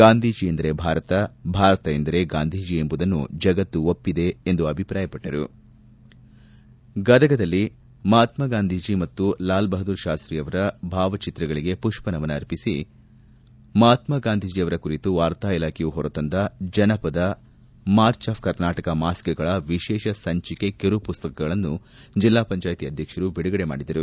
ಗಾಂಧೀಜಿ ಎಂದರೆ ಭಾರತ ಭಾರತ ಎಂದರೆ ಗಾಂಧೀಜಿ ಎಂಬುದನ್ನು ಜಗತ್ತು ಒಪ್ಪಿದೆ ಎಂದು ಅಭಿಪ್ರಾಯ ಪಟ್ಟರು ಗದಗನಲ್ಲಿ ಮಹಾತ್ಮ ಗಾಂಧೀಜಿ ಮತ್ತು ಲಾಲ್ ಬಹದ್ದೂರ್ ಶಾಸ್ತಿ ಅವರ ಭಾವಚಿತ್ರಗಳಿಗೆ ಪುಷ್ಪ ಗೌರವ ಅರ್ಪಿಸಿ ಮಹಾತ್ಮಾ ಗಾಂಧೀಜಿ ಅವರ ಕುರಿತು ವಾರ್ತಾ ಇಲಾಖೆಯು ಹೊರತಂದ ಜನಪದ ಮಾರ್ಜ್ ಆಫ್ ಕರ್ನಾಟಕ ಮಾಸಿಕಗಳ ವಿಶೇಷ ಸಂಚಿಕೆಯ ಕಿರುಪುಸ್ತಕಗಳನ್ನು ಜಿಲ್ಲಾ ಪಂಚಾಯಿತಿ ಆಧ್ಯಕ್ಷರು ಬಿಡುಗಡೆ ಮಾಡಿದರು